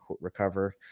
recover